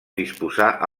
disposar